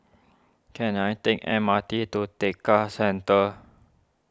can I take M R T to Tekka Centre